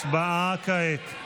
הצבעה כעת.